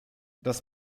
dass